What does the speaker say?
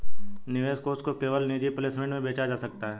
निवेश कोष को केवल निजी प्लेसमेंट में बेचा जा सकता है